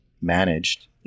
managed